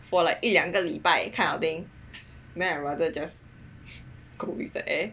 for like 一两个礼拜 kind of thing then I'd rather just go with the air